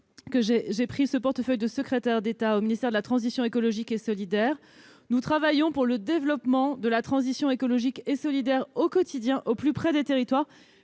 que j'ai reçu le portefeuille de secrétaire d'État au ministère de la transition écologique et solidaire. Nous travaillons pour le déploiement de la transition écologique et solidaire au quotidien au plus près des territoires.